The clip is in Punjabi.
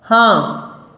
ਹਾਂ